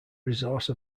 resource